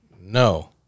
No